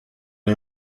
les